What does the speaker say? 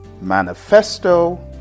manifesto